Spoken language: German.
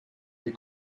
die